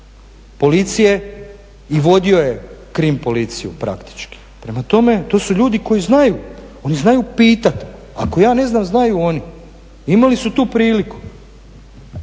policije i vodio je krim policije praktički. Prema tome to su ljudi koji znaju, oni znaju pitati, ako ja ne znam znaju oni, imali su tu priliku.